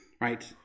right